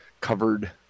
covered